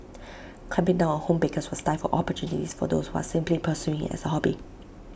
clamping down home bakers would stifle opportunities for those who are simply pursuing IT as A hobby